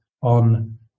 on